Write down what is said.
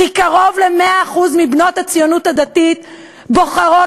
כי קרוב ל-100% מבנות הציונות הדתית בוחרות